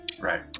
right